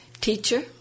teacher